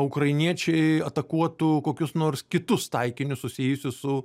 ukrainiečiai atakuotų kokius nors kitus taikinius susijusius su